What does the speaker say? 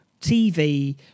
TV